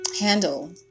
handle